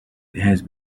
has